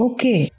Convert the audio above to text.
Okay